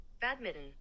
Badminton